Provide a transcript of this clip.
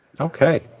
Okay